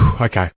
Okay